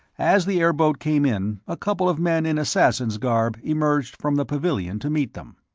as the airboat came in, a couple of men in assassins' garb emerged from the pavilion to meet them.